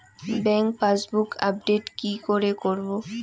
Bank passbook update কি করে করবো?